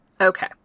Okay